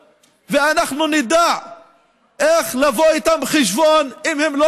ואנחנו נדע איך לבוא איתם חשבון אם הם לא